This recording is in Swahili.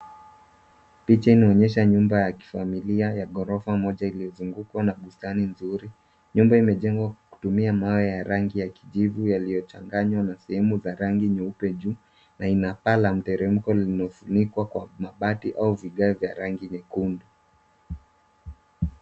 Picha inaonyesha nyumba ya kifamilia ya ghorofa moja iliyozungukwa na bustani nzuri. Nyumba imejengwa kutumia mawe ya rangi ya kijivu yaliyochanganywa na sehemu za rangi nyeupe juu na ina paa la mteremko lililofunikwa kwa mabati au vigae vya rangi nyekundu.